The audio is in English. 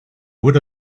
would